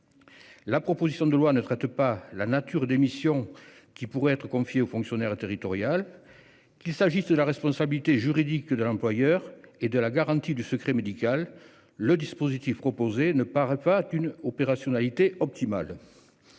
La proposition de loi ne traite pas la nature des missions qui pourraient être confiées au fonctionnaire territorial. Qu'il s'agisse de la responsabilité juridique de l'employeur et de la garantie du secret médical, le dispositif proposé ne paraît pas d'une opérationnalité optimale.